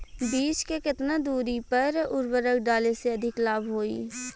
बीज के केतना दूरी पर उर्वरक डाले से अधिक लाभ होई?